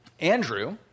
Andrew